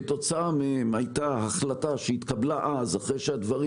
כתוצאה מהם הייתה החלטה שהתקבלה אז אחרי שהדברים